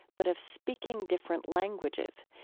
but of speaking different languages.